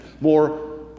more